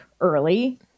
early